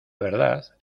verdad